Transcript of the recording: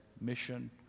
Mission